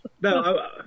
No